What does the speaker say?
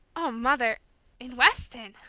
oh, mother in weston!